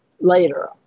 later